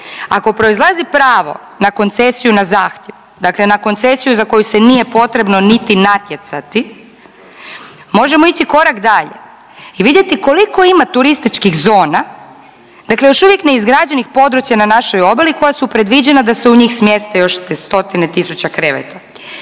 Ako proizlazi pravo na koncesiju na zahtjev, dakle na koncesiju za koju se nije potrebno niti natjecati, možemo ići korak dalje i vidjeti koliko ima turističkih zona, dakle još uvijek neizgrađenih područja na našoj obali koja su predviđena da se u njih smjeste još stotine tisuća kreveta.